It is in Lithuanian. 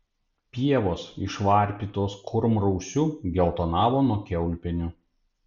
pievos išvarpytos kurmrausių geltonavo nuo kiaulpienių